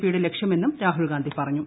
P യുടെ ലക്ഷ്യമെന്നും രാക്കു്ൽഗാന്ധി പറഞ്ഞു